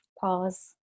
pause